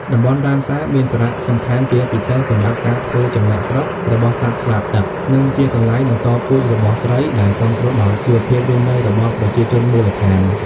តំបន់រ៉ាមសារមានសារៈសំខាន់ជាពិសេសសម្រាប់ការធ្វើចំណាកស្រុករបស់សត្វស្លាបទឹក និងជាកន្លែងបន្តពូជរបស់ត្រី ដែលគាំទ្រដល់ជីវភាពរស់នៅរបស់ប្រជាជនមូលដ្ឋាន។